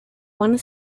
one